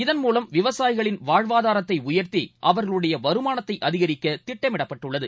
இதன் விவசாயிகளின் மூலம் வாழ்வாதாரத்தைஉயர்த்திஅவர்களுடையவருமானத்தைஅதிகரிக்கதிட்டமிடப்பட்டுள்ளது